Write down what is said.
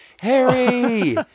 Harry